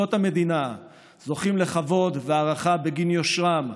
שמוסדות המדינה זוכים לכבוד והערכה בגין יושרם,